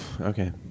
Okay